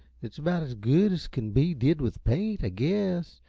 it's about as good s kin be did with paint, i guess.